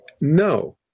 no